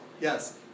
Yes